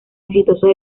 exitosos